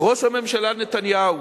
ראש הממשלה נתניהו